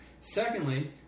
Secondly